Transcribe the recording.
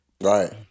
Right